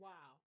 Wow